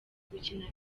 gukina